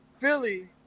Philly